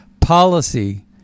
policy